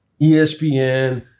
ESPN